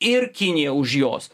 ir kinija už jos